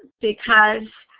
because